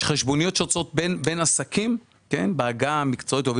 חשבוניות שיוצאות בין עסקים בעגה המקצועית אוהבים